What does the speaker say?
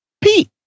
Pete